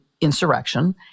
insurrection